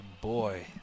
boy